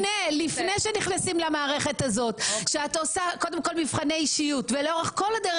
לפני שנכנסים לכל המערכת הזאת את עושה מבחני אישיות ולאורך כל הדרך